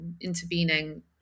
intervening